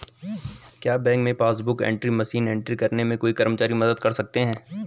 क्या बैंक में passbook book entry machine पर एंट्री करने में कोई कर्मचारी मदद कर सकते हैं?